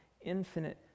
infinite